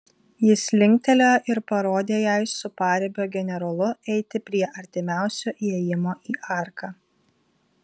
jis linktelėjo ir parodė jai su paribio generolu eiti prie artimiausio įėjimo į arką